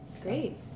great